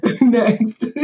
next